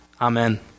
Amen